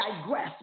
digress